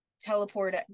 teleport